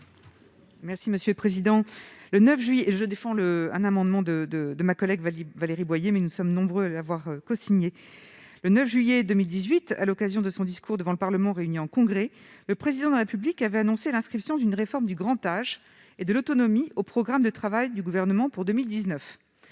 est à Mme Laure Darcos. Le 9 juillet 2018, à l'occasion de son discours devant le Parlement réuni en Congrès, le Président de la République avait annoncé l'inscription d'une réforme du grand âge et de l'autonomie au programme de travail du Gouvernement pour 2019.